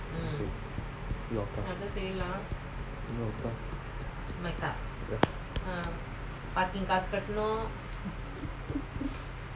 you are correct